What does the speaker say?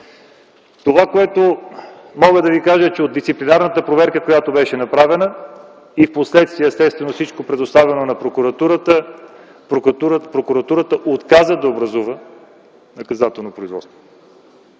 Това, което мога да ви кажа, е че от дисциплинарната проверка, която беше направена и впоследствие, естествено, всичко беше предоставено на Прокуратурата. Прокуратурата отказа да образува наказателно производство.